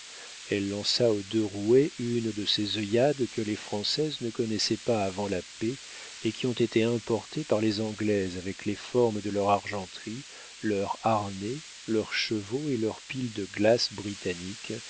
elle lança aux deux roués une de ces œillades que les françaises ne connaissaient pas avant la paix et qui ont été importées par les anglaises avec les formes de leur argenterie leurs harnais leurs chevaux et leurs piles de glace britannique